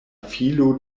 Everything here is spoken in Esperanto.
filo